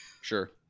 Sure